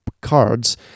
cards